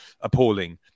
appalling